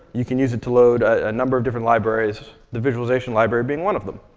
you can use it to load a number of different libraries, the visualization library being one of them.